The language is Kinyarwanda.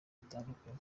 bitandukanye